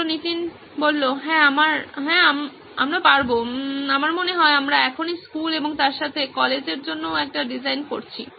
ছাত্র নীতিন হ্যাঁ আমরা পারব আমার মনে হয় আমরা এখনই স্কুল এবং তার সাথে কলেজের জন্যও একটি ডিজাইন করছি